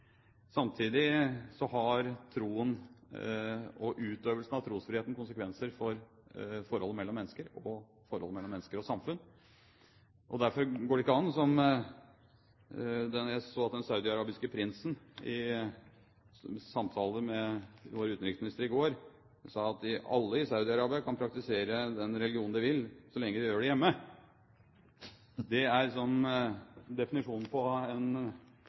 har troen og utøvelsen av trosfriheten konsekvenser for forholdet mellom mennesker og forholdet mellom mennesker og samfunn, og derfor går det ikke an å si som den saudiarabiske prinsen i samtale med vår utenriksminister i går gjorde, at alle i Saudi-Arabia kan praktisere den religionen de vil, så lenge de gjør det hjemme. Det er en definisjon på